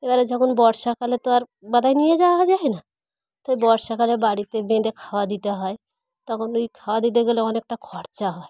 এবারে যখন বর্ষাকালে তো আর বাঁধা নিয়ে যাওয়া যায় না তো বর্ষাকালে বাড়িতে বেঁধে খাওয়া দিতে হয় তখন ওই খাওয়া দিতে গেলে অনেকটা খরচা হয়